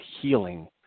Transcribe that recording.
healing